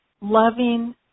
loving